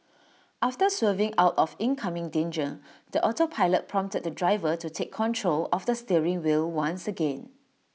after swerving out of incoming danger the autopilot prompted the driver to take control of the steering wheel once again